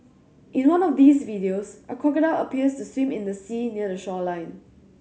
in one of these videos a crocodile appears to swim in the sea near the shoreline